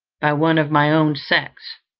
by one of my own sex,